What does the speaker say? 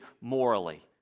morally